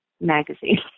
magazine